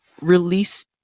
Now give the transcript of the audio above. release